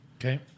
Okay